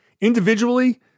individually